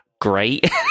great